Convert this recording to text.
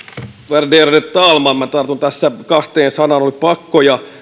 värderade talman minä tartun tässä kahteen sanaan ne olivat pakko ja